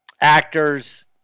actors